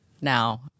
now